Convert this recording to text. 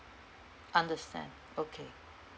understand okay